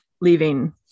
leaving